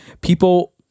people